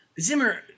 Zimmer